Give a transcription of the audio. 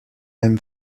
and